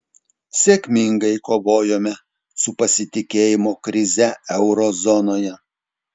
sėkmingai kovojome su pasitikėjimo krize euro zonoje